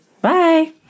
Bye